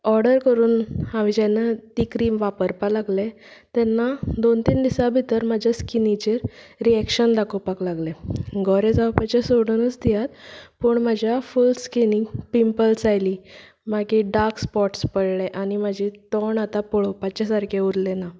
order करून हांव जेन्ना ती क्रिम वापरापाक लागलें तेन्ना दोन तीन दिसां भितर म्हज्या स्किनिचेर रिएक्शन दाखोवपाक लागलें गोरे जावपाचे सोडुनूच दियात पूण म्हज्या फुल स्किनीक पिपंल्स आयली मागीर डार्क स्पोट पडले आनी म्हजें तोंड आता पळोवपाचे सारकें उरल्ले ना